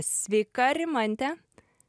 sveika rimante